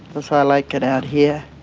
because i like it out here,